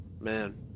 man